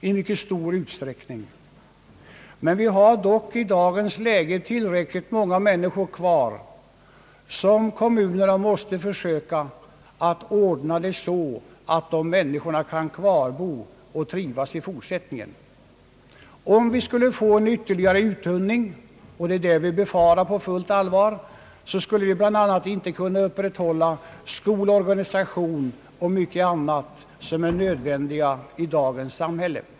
I dagens situation har vi dock tillräckligt många människor kvar för vilka kommunerna måste försöka ordna det så att de kan stanna och trivas i fortsättningen. Om vi skulle få en ytterligare uttunning — och det är det vi befarar på fullt allvar — skulle vi bland annat inte kunna upprätthålla skolorganisation och mycket annat som är nödvändigt i dagens samhälle.